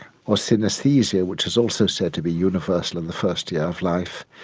or synaesthesia, which is also said to be universal in the first year of life,